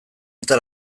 eta